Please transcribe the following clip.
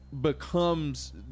becomes